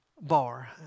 bar